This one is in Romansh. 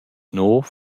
nouv